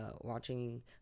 watching